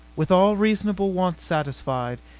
with all reasonable wants satisfied,